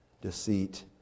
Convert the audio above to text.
deceit